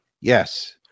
Yes